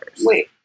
wait